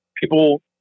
people